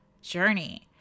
journey